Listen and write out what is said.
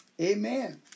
Amen